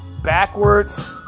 backwards